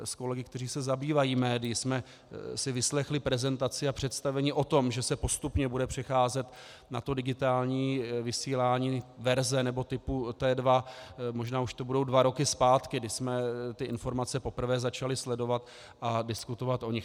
S kolegy, kteří se zabývají médii, jsme si vyslechli prezentaci a představení o tom, že se postupně bude přecházet na digitální vysílání verze nebo typu T2, možná to budou dva roky zpátky, kdy jsme informace poprvé začali sledovat a diskutovat o nich.